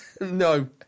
No